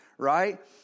Right